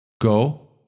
Go